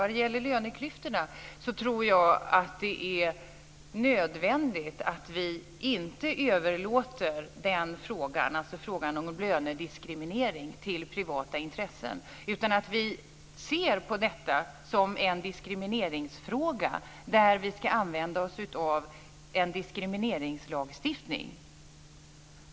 Vad gäller löneklyftorna tror jag att det är nödvändigt att vi inte överlåter frågan om lönediskriminering till privata intressen utan att vi ser på det som en diskrimineringsfråga där vi skall använda oss av en diskrimineringslagstiftning.